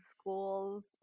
schools